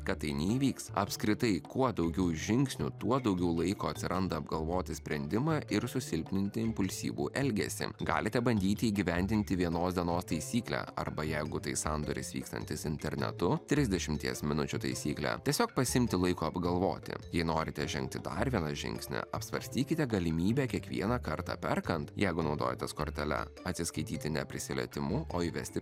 kad tai neįvyks apskritai kuo daugiau žingsnių tuo daugiau laiko atsiranda apgalvoti sprendimą ir susilpninti impulsyvų elgesį galite bandyti įgyvendinti vienos dienos taisyklę arba jeigu tai sandoris vykstantis internetu trisdešimties minučių taisyklę tiesiog pasiimti laiko apgalvoti jei norite žengti dar vieną žingsnį apsvarstykite galimybę kiekvieną kartą perkant jeigu naudojatės kortele atsiskaityti ne prisilietimu o įvesti